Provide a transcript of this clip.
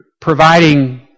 providing